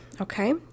okay